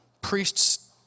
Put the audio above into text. priests